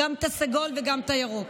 את הקו הסגול וגם את הקו הירוק,